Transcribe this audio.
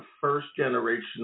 First-Generation